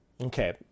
Okay